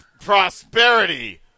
Prosperity